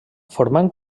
formant